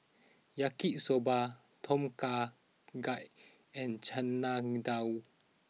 Yaki Soba Tom Kha Gai and Chana Dal